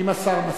אם השר מסכים.